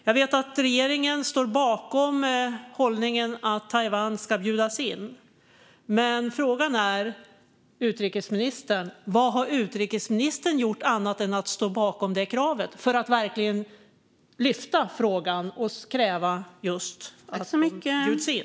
Jag vet att regeringen står bakom hållningen att Taiwan ska bjudas in, men frågan är vad utrikesministern har gjort annat än att stå bakom det kravet - att lyfta upp frågan och kräva att landet bjuds in.